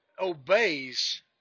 obeys